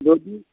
वो भी